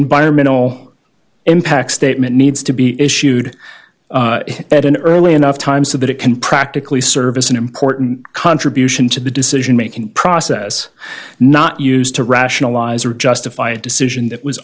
environmental impact statement needs to be issued at an early enough time so that it can practically service an important contribution to the decision making process not used to rationalize or justify a decision that was